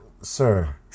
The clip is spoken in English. sir